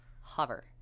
Hover